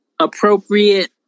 appropriate